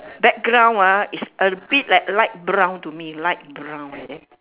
background ah is a bit like light brown to me light brown leh